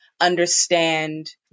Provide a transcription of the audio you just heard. understand